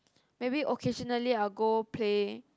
maybe occasionally I'll go play